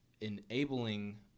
enabling